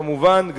כמובן,